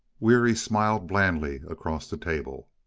weary smiled blandly across the table.